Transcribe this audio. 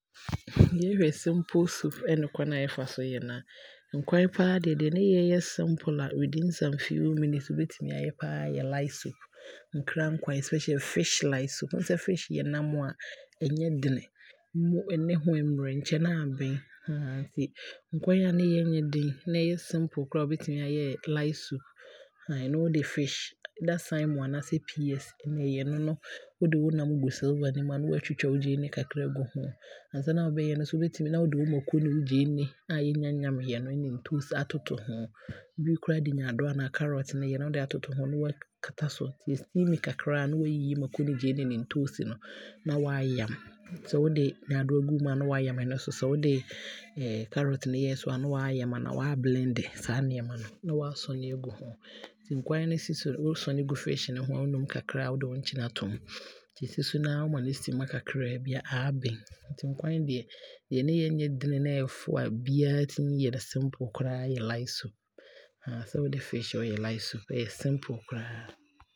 Yɛhwɛ sɛ simple soup ɛne kwane a yɛfa so yɛ no a, nkwan paa deɛ nea ne yɛ yɛ simple a within some few minutes wobɛtumi aayɛ paa yɛ light soup, nkraa nkwan especially fish light soup. Wohu sɛ fish yɛ nam a ɛnnyɛ den ne ho ɛɛmerɛ, ɛnkyɛ na aben nti nkwan a ne yɛ nnyɛ den na ɛyɛ simple koraa wobɛtumi aayɛ ɛyɛ light soup ɛno wode fish, either salmon anaasɛ PS na ɛyɛ. Ɛno no wode wo nam gu silver no mu a na waatwitwa wo gyeene kakra aagu ho, ansa na no na wobɛyɛ no nso wobɛtumi aadikan de wo gyeene ne wo mako a yɛnnyaa nyammeɛ no ɛne ntoosi aatoto ho, ɛbinom koraa de nyaadoa anaa carrot ne yɛ na wode aatoto ho na waakata so, nti ɛ steam kakra a na waayiyi mako ne gyeene ne ntoosi no na waayam. Sɛ wode nyaadoa guu mu nso a na waayam ɛno nso. Sɛ wode carrot nso ne yɛɛ nso a na waayam anaa waa blende saa nneɛma no na waasɔne aagu ho. Nti nkwan no si so no, wosɔne gu fish no ho na wonum kakraa a wode wo nkyene aato mu, nti ɛsi so noaa woma no steam kakrabi a, aabene nti nkwan deɛ nea ne yɛ nyɛ den na ɛɛfo a biaa tumi yɛ no simple koraa yɛ light soup. sɛ wode fish ɛɛyɛ light soup, ɛyɛ simple koraa.